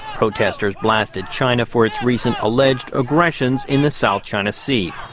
protesters blasted china for its recent alleged aggressions in the south china sea.